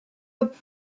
were